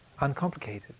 uncomplicated